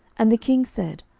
and the king said,